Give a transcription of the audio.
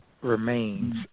remains